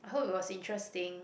I hope it was interesting